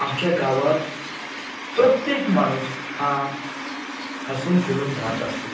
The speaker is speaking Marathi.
आमच्या गावात प्रत्येक माणूस हा हसून खेळून राहत असतो